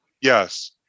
Yes